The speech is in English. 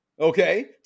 Okay